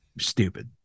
Stupid